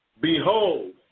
Behold